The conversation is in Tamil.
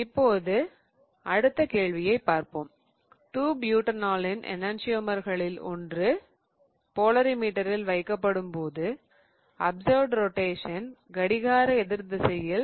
இப்போது அடுத்த கேள்வியைப் பார்ப்போம் 2 பியூடனோலின் எணன்சியமர்களில் ஒன்று போலரிமீட்டரில் வைக்கப்படும் போது அப்சர்வ்ட் ரொட்டேஷன் கடிகாரஎதிர் திசையில் 4